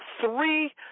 three